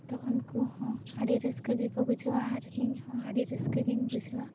ᱛᱚ ᱩᱱᱠᱩ ᱦᱚᱸ ᱟᱹᱰᱤ ᱨᱟᱹᱥᱠᱟᱹ ᱜᱮᱠᱚ ᱵᱩᱡᱷᱟᱹᱣᱟ ᱟᱨ ᱤᱧ ᱦᱚᱸ ᱟᱹᱰᱤ ᱨᱟᱹᱥᱠᱟᱹ ᱜᱤᱧ ᱵᱩᱡᱷᱟᱹᱣᱟ